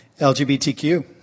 LGBTQ